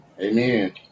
Amen